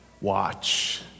Watch